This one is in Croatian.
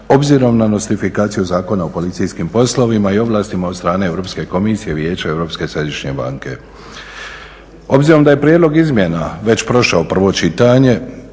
obzirom na nostrifikaciju Zakona o policijskim poslovima i ovlastima od strane Europske komisije, Vijeća Europske središnje banke. Obzirom da je prijedlog izmjena već prošao prvo čitanje